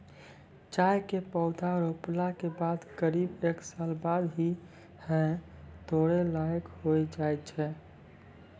चाय के पौधा रोपला के बाद करीब एक साल बाद ही है तोड़ै लायक होय जाय छै